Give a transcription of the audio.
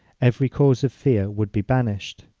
every cause of fear would be banished.